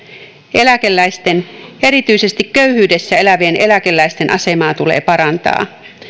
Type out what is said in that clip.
eläkeläisten erityisesti köyhyydessä elävien eläkeläisten asemaa tulee parantaa